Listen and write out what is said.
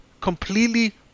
completely